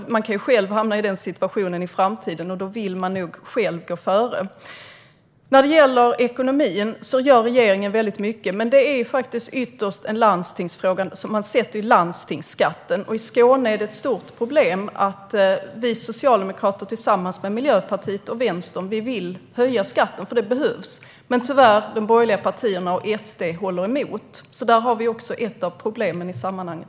Man kan själv hamna i den situationen i framtiden, och då vill man nog själv gå före. När det gäller ekonomin gör regeringen väldigt mycket, men detta är ytterst en fråga för landstingen - de bestämmer ju landstingsskatten. Ett stort problem i Skåne är att vi socialdemokrater, tillsammans med Miljöpartiet och Vänstern, vill höja skatten - för det behövs - men att de borgerliga partierna och SD tyvärr håller emot. Där har vi ett av problemen i sammanhanget.